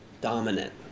dominant